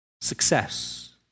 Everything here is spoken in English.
success